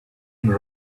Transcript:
and